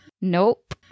Nope